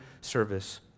service